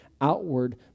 outward